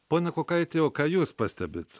pone kukaiti o ką jūs pastebit